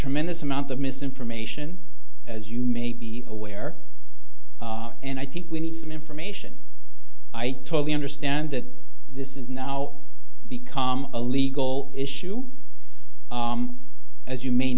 tremendous amount of misinformation as you may be aware and i think we need some information i totally understand that this is now become a legal issue as you may